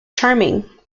charming